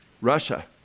Russia